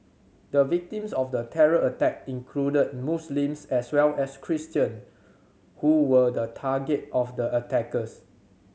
the victims of the terror attack included Muslims as well as Christian who were the target of the attackers